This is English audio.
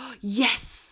yes